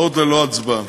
הודעות ללא הצבעה.